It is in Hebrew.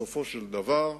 בסופו של דבר,